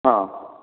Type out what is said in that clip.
ହଁ